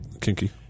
kinky